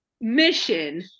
mission